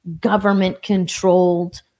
government-controlled